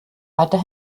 weiter